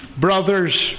Brothers